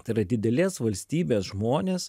tai yra didelės valstybės žmonės